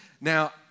Now